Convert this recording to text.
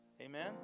Amen